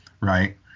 right